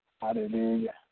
Hallelujah